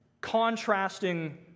contrasting